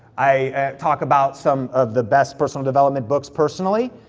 i talk about some of the best personal development books personally.